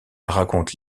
raconte